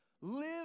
Live